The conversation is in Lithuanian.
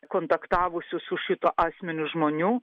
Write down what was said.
kontaktavusių su šituo asmeniu žmonių